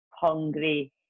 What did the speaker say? hungry